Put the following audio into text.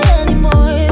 anymore